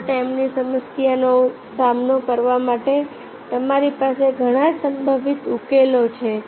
ઓવરટાઇમની સમસ્યાનો સામનો કરવા માટે તમારી પાસે ઘણા સંભવિત ઉકેલો છે